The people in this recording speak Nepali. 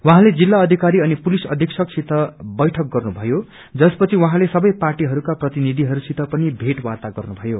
उहाँले जिल्ला अधिकारी अनि पुसिस अधिक्षकसित वैठक गर्नु भयो जसपछि उहाँले सवै पाटीहरूका प्रतिनिधिहसंसित पनि भेटवार्ता गर्नु भयो